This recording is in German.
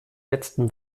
letztem